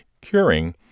curing